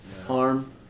Harm